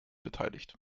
beteiligt